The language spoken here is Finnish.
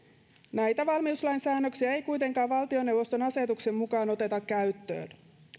näitä valmiuslain säännöksiä ei kuitenkaan valtioneuvoston asetuksen mukaan oteta käyttöön